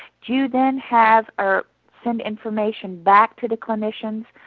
do you then have or send information back to the clinician?